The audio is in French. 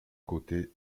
côté